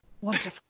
wonderful